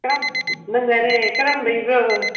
ꯀꯔꯝ ꯅꯨꯡꯉꯥꯏꯔꯦ ꯀꯔꯝ ꯂꯩꯕ꯭ꯔꯣ